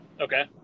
Okay